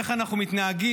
איך אנחנו מתנהגים,